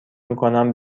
میکنم